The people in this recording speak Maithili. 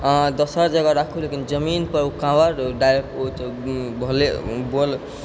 अहाँ दोसर जगह राखू लेकिन जमीनपर उ कांवर भोले बोल